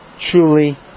truly